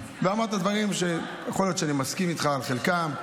ואמרת דברים שיכול להיות שאני מסכים איתך על חלקם.